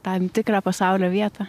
tam tikrą pasaulio vietą